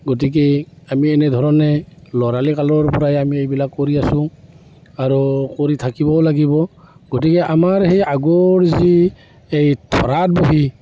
গতিকে আমি এনেধৰণে ল'ৰালি কালৰ পৰাই আমি এইবিলাক কৰি আছোঁ আৰু কৰি থাকিবও লাগিব গতিকে আমাৰ সেই আগৰ যি এই ঢৰাত বহি